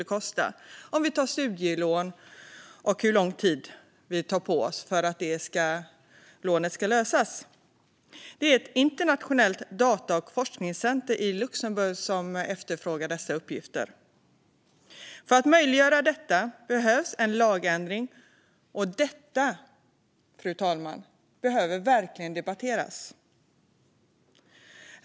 Det kan handla om studielån och hur lång tid vi tar på oss för att lösa det lånet. Det är ett internationellt data och forskningscentrum i Luxemburg som efterfrågar dessa uppgifter. För att möjliggöra detta behövs en lagändring. Detta behöver verkligen debatteras, fru talman.